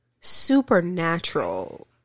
supernatural